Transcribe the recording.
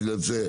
בגלל זה.